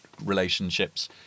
relationships